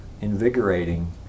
invigorating